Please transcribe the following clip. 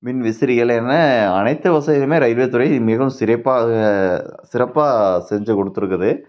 மின் விசிறிகள் என அனைத்து வசதியும் ரயில்வே துறை மிகவும் சிறைப்பாக சிறப்பாக செஞ்சுக் கொடுத்துருக்குது